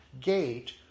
gate